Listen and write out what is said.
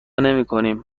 نمیکنیم